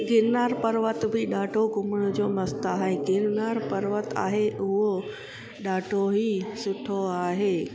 गिरनार पर्वत भी ॾाढो घुमण जो मस्तु आहे गिरनार पर्वत आहे उहो ॾाढो ई सुठो आहे